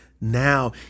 Now